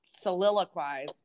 soliloquize